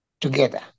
together